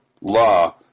law